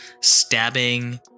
stabbing